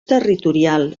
territorial